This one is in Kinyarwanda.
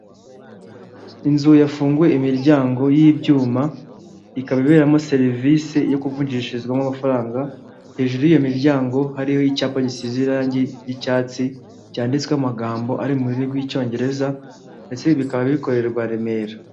Inzu yafunguye imiryango y'ibyuma ikaba iberamo serivisi yo kuvunjishirizwamo amafaranga hejuru y'iyo miryango hariho icyapa gisize irangi ry'icyatsi cyanditswe amagambo ari mu rurimi rw'icyongereza ndetse bikaba bikorerwa Remera.